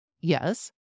Yes